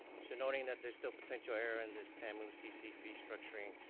so noting that there's still potential error in this tamu-cc fee structuring,